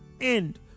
end